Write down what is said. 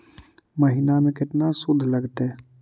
महिना में केतना शुद्ध लगतै?